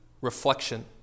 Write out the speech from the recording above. reflection